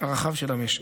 הרחב של המשק.